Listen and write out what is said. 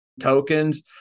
tokens